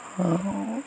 ହଁ